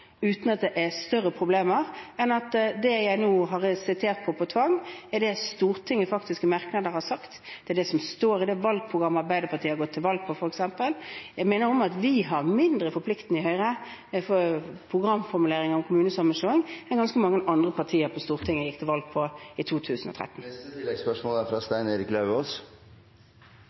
uten at det er større problemer enn at det jeg nå har sitert når det gjelder tvang, er det Stortinget faktisk i merknader har sagt, og det er det som står i det programmet Arbeiderpartiet har gått til valg på, f.eks. Jeg minner om at vi har mindre forpliktende programformuleringer om kommunesammenslåing i Høyre enn det ganske mange andre partier på Stortinget gikk til valg på i 2013.